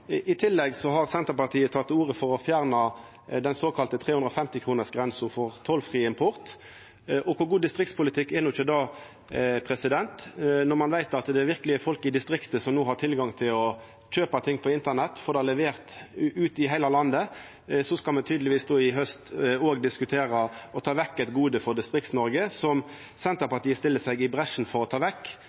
I tillegg har Senterpartiet teke til orde for å fjerna den såkalla 350-kronersgrensa for tollfri import. Kor god distriktspolitikk er ikkje det? Ein veit at det verkeleg er folk i distrikta som no har tilgang til å kjøpa ting på internett og få dei leverte ut i heile landet, og så skal me tydelegvis i haust diskutera å ta vekk eit gode for Distrikts-Noreg, og Senterpartiet stiller seg i bresjen for å ta det vekk.